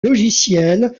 logicielle